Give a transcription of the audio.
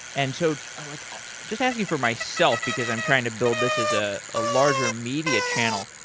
and so like i'm just asking for myself, because i'm trying to build this as a ah larger media channel.